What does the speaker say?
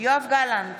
יואב גלנט,